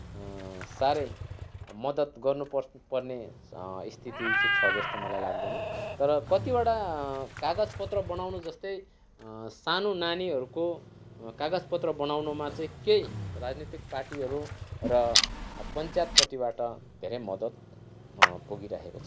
साह्रै मद्दत गर्नु पर्ने स्थिति चाहिँ छ जस्तो मलाई लाग्दैन तर कतिवटा कागज पत्र बनाउनु जस्तै सानो नानीहरूको कागज पत्र बनाउनुमा चाहिँ केही राजनैतिक पार्टीहरू र पञ्चायतपट्टिबाट चाहिँ धेरै मद्दत पुगिराखेको छ